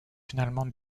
finalement